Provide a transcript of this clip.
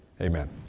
Amen